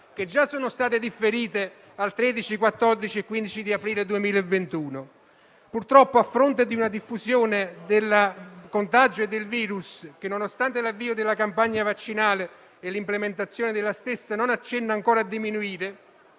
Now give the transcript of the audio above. che già sono state differite al 13, 14 e 15 aprile 2021. Purtroppo, a fronte di una diffusione del contagio del virus, che nonostante l'avvio della campagna vaccinale e l'implementazione della stessa non accenna ancora a diminuire,